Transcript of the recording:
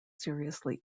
seriously